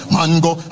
Mango